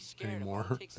anymore